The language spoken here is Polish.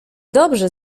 dobrze